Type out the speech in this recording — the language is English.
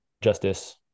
Justice